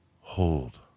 Hold